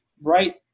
right